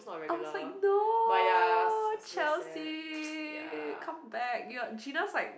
I was like no Chelsea come back you're Gina's like